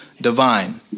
divine